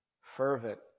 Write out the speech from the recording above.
Fervent